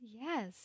Yes